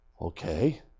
okay